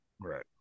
Right